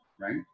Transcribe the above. right